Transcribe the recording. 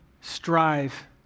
strive